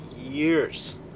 years